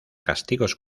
castigos